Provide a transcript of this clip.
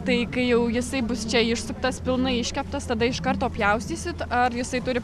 tai kai jau jisai bus čia išsuptas pilnai iškeptas tada iš karto pjaustysit ar jisai turi